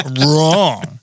Wrong